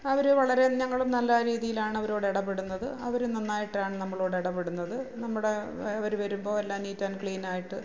അവർ വളരെ ഞങ്ങളും നല്ല രീതിയിലാണ് അവരോട് ഇടപെടുന്നത് അവരും നന്നായിട്ടാണ് നമ്മളോട് ഇടപെടുന്നത് നമ്മുടെ അവർ വരുമ്പോൾ എല്ലാം നീറ്റ് ആന്ഡ് ക്ലീൻ ആയിട്ട്